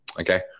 okay